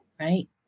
right